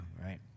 right